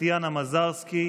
טטיאנה מזרסקי,